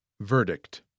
verdict